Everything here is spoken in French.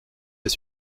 des